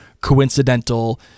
coincidental